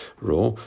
raw